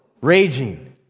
raging